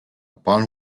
upon